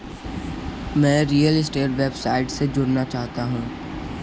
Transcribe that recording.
मैं real estate व्यवसाय से जुड़ना चाहता हूँ